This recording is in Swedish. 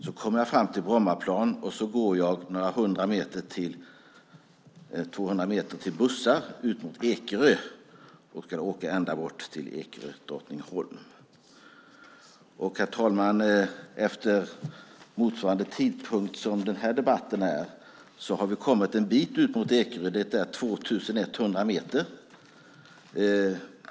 Jag kommer fram till Brommaplan och går två hundra meter till bussarna som går mot Ekerö. Jag åker ända till Drottningholm. Efter lika lång tid som denna debatt tar har vi kommit en bit mot Ekerö - 2 100 meter.